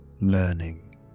learning